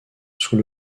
sous